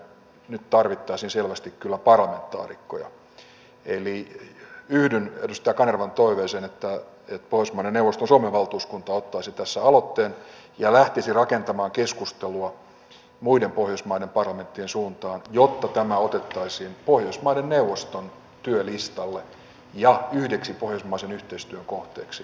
siihen tarkoitukseen nyt tarvittaisiin selvästi kyllä parlamentaarikkoja eli yhdyn edustaja kanervan toiveeseen että pohjoismaiden neuvoston suomen valtuuskunta ottaisi tässä aloitteen ja lähtisi rakentamaan keskustelua muiden pohjoismaiden parlamenttien suuntaan jotta tämä otettaisiin pohjoismaiden neuvoston työlistalle ja yhdeksi pohjoismaisen yhteistyön kohteeksi